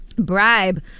bribe